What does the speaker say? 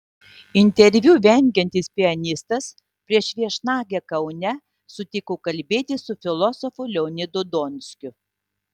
interviu vengiantis pianistas prieš viešnagę kaune sutiko kalbėtis su filosofu leonidu donskiu